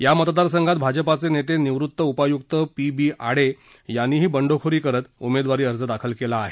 या मतदारसंघात भाजपा नेते निवृत्त उपायुक्त पी बी आडे यांनीही बंडखोरी करत उमेदवारी अर्ज दाखल केला आहे